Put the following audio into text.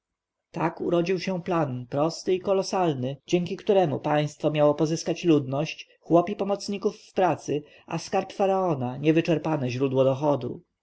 tak urodził się plan prosty i kolosalny dzięki któremu państwo miało pozyskać ludność chłopi pomocników w pracy a skarb faraona niewyczerpane źródło dochodu